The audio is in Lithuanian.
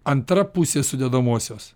antra pusė sudedamosios